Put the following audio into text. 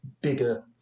bigger